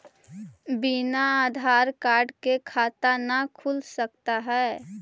बिना आधार कार्ड के खाता न खुल सकता है?